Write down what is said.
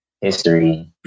history